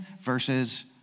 versus